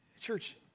church